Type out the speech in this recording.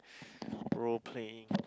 role playing